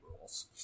rules